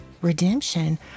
redemption